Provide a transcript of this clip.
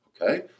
Okay